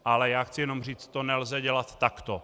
Ale chci jenom říct, to nelze dělat takto.